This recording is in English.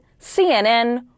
CNN